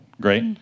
great